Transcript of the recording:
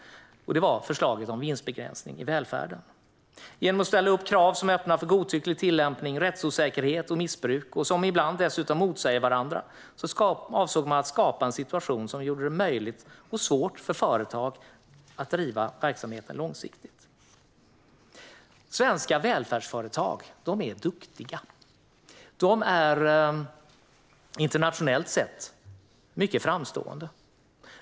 Det var förslaget om vinstbegränsning i välfärden. Genom att ställa upp krav som öppnar för godtycklig tillämpning, rättsosäkerhet, missbruk och som ibland till och med motsäger varandra avsåg man att skapa en situation som gjorde det svårt för företag att driva verksamheten långsiktigt. Svenska välfärdsföretag är duktiga. De är internationellt sett mycket framstående.